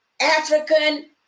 African